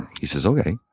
he says okay.